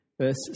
verse